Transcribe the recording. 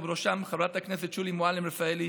ובראשם חברת הכנסת שולי מועלם-רפאלי,